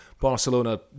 Barcelona